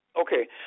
Okay